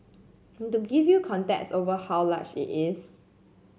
and to give you context over how large it is